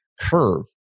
curve